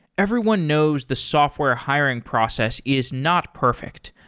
everyone knows the software hiring process is not perfect.